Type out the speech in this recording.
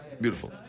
Beautiful